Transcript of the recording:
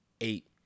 eight